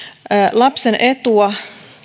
lapsen etua